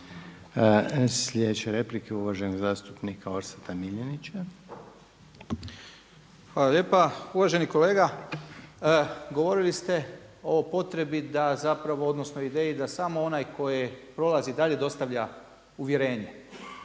Sljedeća replika je uvaženog zastupnika Orsata Miljenića. Izvolite. **Miljenić, Orsat (SDP)** Hvala lijepa. Uvaženi kolega. Govorili ste o potrebi zapravo odnosno o ideji da samo onaj tko je prolazi dalje dostavlja uvjerenje.